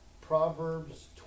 Proverbs